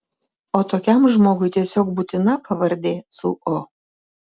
o tokiam žmogui tiesiog būtina pavardė su o